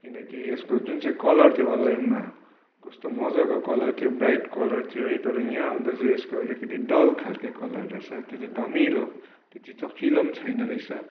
किनकि यसको जुन चाहिँ कलर थियो अनलाइनमा कस्तो मजाको कलर थियो ब्राइट कलर थियो है तर यहाँ आउँदा चाहिँ यसको अलिकति डल खालके कलर रहेछ त्यो चाहिँ धमिलो त्यति चहकिलो पनि छैन रहेछ